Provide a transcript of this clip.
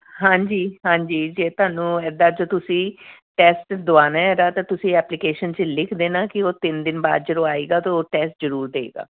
ਹਾਂਜੀ ਹਾਂਜੀ ਜੇ ਤੁਹਾਨੂੰ ਇੱਦਾਂ 'ਚ ਤੁਸੀਂ ਟੈਸਟ ਦਿਵਾਉਣਾ ਇਹਦਾ ਤਾਂ ਤੁਸੀਂ ਐਪਲੀਕੇਸ਼ਨ 'ਚ ਲਿਖ ਦੇਣਾ ਕਿ ਉਹ ਤਿੰਨ ਦਿਨ ਬਾਅਦ ਜਦੋਂ ਆਏਗਾ ਤਾਂ ਉਹ ਟੈਸਟ ਜ਼ਰੂਰ ਦਏਗਾ